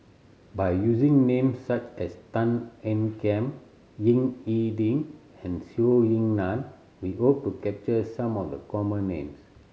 by using names such as Tan Ean Kiam Ying E Ding and Zhou Ying Nan we hope to capture some of the common names